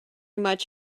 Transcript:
much